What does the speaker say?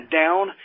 down